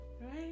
Right